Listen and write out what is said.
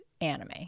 anime